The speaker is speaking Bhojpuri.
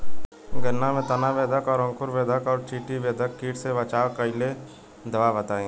गन्ना में तना बेधक और अंकुर बेधक और चोटी बेधक कीट से बचाव कालिए दवा बताई?